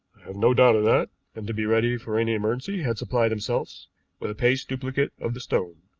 have no doubt of that, and to be ready for any emergency had supplied themselves with a paste duplicate of the stone.